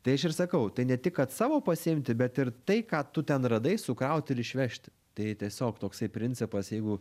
tai aš ir sakau tai ne tik kad savo pasiimti bet ir tai ką tu ten radai sukrauti ir išvežti tai tiesiog toksai principas jeigu